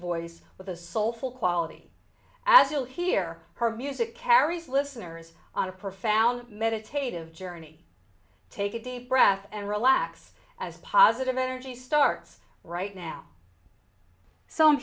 voice with a soulful quality as you'll hear her music carries listeners on a profound meditative journey take a deep breath and relax as positive energy starts right now so i'm